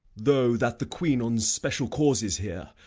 though that the queen on special cause is here,